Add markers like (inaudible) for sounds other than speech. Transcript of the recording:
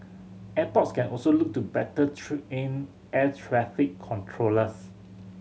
airports can also look to better train (unintelligible) traffic controllers